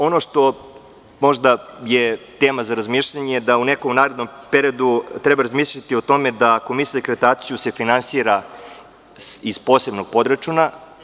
Ono što je možda tema za razmišljanje, da u nekom narednom periodu treba razmisliti o tome da Komisija za akreditaciju se finansira iz posebnog podračuna.